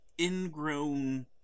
ingrown